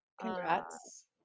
Congrats